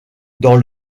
dans